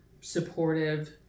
supportive